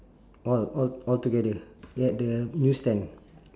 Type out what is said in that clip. all all altogether at the newsstand